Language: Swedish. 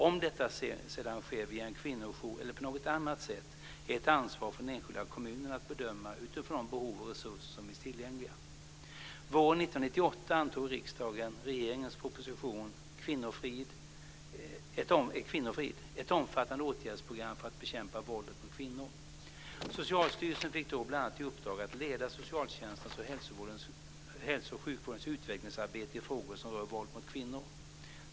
Om detta sedan sker via en kvinnojour eller på något annat sätt är ett ansvar för den enskilda kommunen att bedöma utifrån behoven och de resurser som finns tillgängliga. Våren 1998 Kvinnofrid, ett omfattande åtgärdsprogram för att bekämpa våldet mot kvinnor. Socialstyrelsen fick då bl.a. i uppdrag att leda socialtjänstens och hälso och sjukvårdens utvecklingsarbete i frågor som rör våld mot kvinnor.